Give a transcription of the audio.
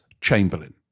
chamberlain